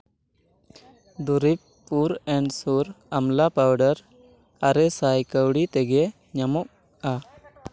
ᱫᱩᱨᱤᱵᱽ ᱯᱩᱨ ᱮᱱᱰ ᱥᱩᱨ ᱟᱢᱞᱟ ᱯᱟᱣᱰᱟᱨ ᱟᱨᱮ ᱥᱟᱭ ᱠᱟᱹᱣᱰᱤ ᱛᱮᱜᱮ ᱧᱟᱢᱚᱜᱼᱟ